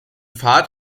fahrt